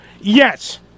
Yes